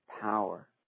power